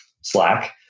Slack